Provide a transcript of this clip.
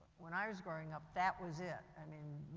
when i was growing up, that was it, i mean,